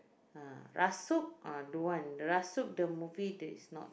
uh Rasuk uh don't want Rasuk-The-Movie that is not